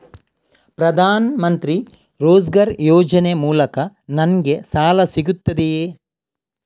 ಪ್ರದಾನ್ ಮಂತ್ರಿ ರೋಜ್ಗರ್ ಯೋಜನೆ ಮೂಲಕ ನನ್ಗೆ ಸಾಲ ಸಿಗುತ್ತದೆಯೇ?